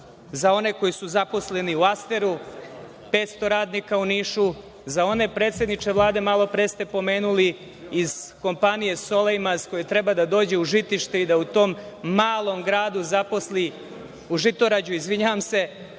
za one koji su zaposleni u „Asteru“, 500 radnika u Nišu, za one, predsedniče Vlade, malopre ste pomenuli, iz kompanije „Solejmas“ koja treba da dođe u Žitište i da u tom malom gradu zaposli, u Žitorađu, izvinjavam se,